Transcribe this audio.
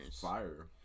Fire